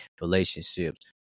relationships